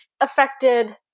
affected